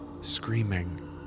Screaming